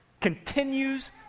continues